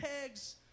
pegs